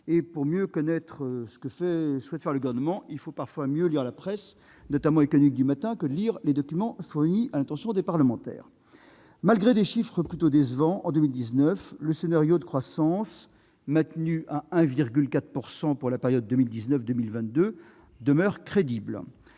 Pour connaître ce que le Gouvernement souhaite faire, il vaut parfois mieux lire la presse, notamment la presse économique du matin, que les documents fournis à l'intention des parlementaires. Malgré de premiers chiffres plutôt décevants en 2019, le scénario de croissance, maintenu à 1,4 % pour la période 2019-2022, demeure crédible.